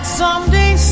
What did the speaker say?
someday